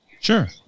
Sure